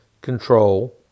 control